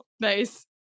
Nice